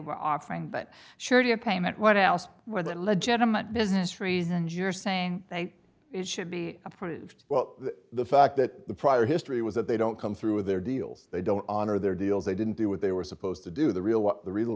were offering but surely a payment what else where that legitimate business reasons you're saying thank is should be approved well the fact that the prior history was that they don't come through their deals they don't honor their deals they didn't do what they were supposed to do the